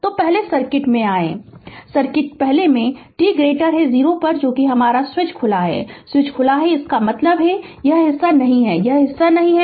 तो पहले सर्किट में आएं सर्किट पहले t 0 पर स्विच खुला है स्विच खुला है इसका मतलब यह हिस्सा नहीं है यह हिस्सा नहीं है